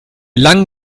lang